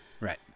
Right